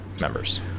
members